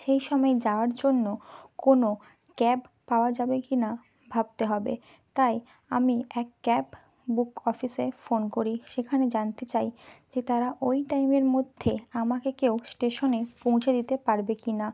সেই সময় যাওয়ার জন্য কোনো ক্যাব পাওয়া যাবে কি না ভাবতে হবে তাই আমি এক ক্যাব বুক অফিসে ফোন করি সেখানে জানতে চাই যে তারা ওই টাইমের মধ্যে আমাকে কেউ স্টেশনে পৌঁছে দিতে পারবে কি না